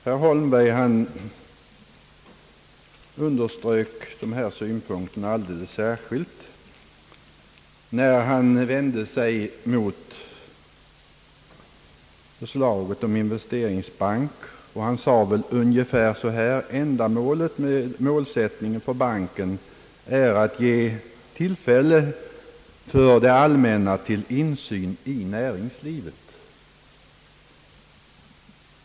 Herr Holmberg underströk högerns ståndpunkt alldeles särskilt när han vände sig mot förslaget om en investeringsbank och yttrade ungefär så här. Ändamålet med målsättningen för banken är att ge tillfälle för det allmänna till insyn i näringslivet.